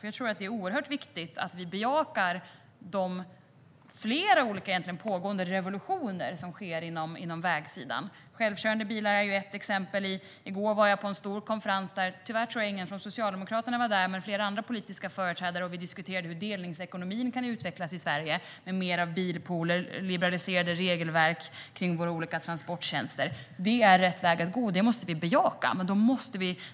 Jag tror att det är oerhört viktigt att vi bejakar de flera olika pågående revolutionerna på vägsidan. Självkörande bilar är ett exempel. I går var jag på en stor konferens. Tyvärr tror jag inte att någon från Socialdemokraterna var där, men flera andra politiska företrädare var det. Vi diskuterade hur delningsekonomin kan utvecklas i Sverige med mer av bilpooler och liberaliserade regelverk kring våra olika transporttjänster. Det är rätt väg att gå, och det måste vi bejaka.